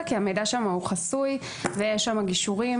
כי המידע שם הוא חסוי ויש שם גישורים,